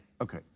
Okay